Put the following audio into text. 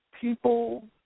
people